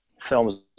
films